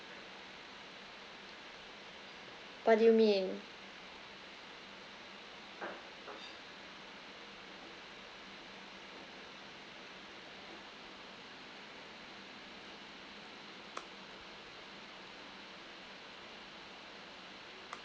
what do you mean